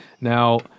Now